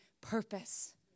purpose